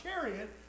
chariot